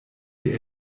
die